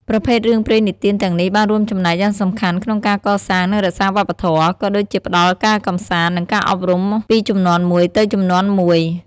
ប្រភេទរឿងព្រេងនិទានទាំងនេះបានរួមចំណែកយ៉ាងសំខាន់ក្នុងការកសាង និងរក្សាវប្បធម៌ ក៏ដូចជាផ្តល់ការកម្សាន្ត និងការអប់រំពីជំនាន់មួយទៅជំនាន់មួយ ។